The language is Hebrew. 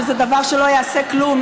שזה דבר שלא יעשה כלום,